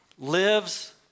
Lives